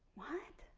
what?